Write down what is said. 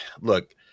look